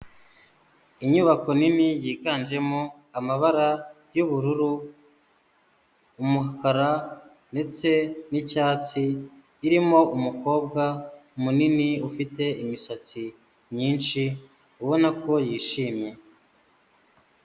Inyubako nini yiganjemo amabara y'ubururu, umukara, ndetse n'icyatsi, irimo umukobwa munini ufite imisatsi myinshi ubona ko yishimye.